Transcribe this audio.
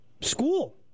school